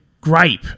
gripe